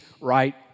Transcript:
right